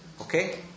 Okay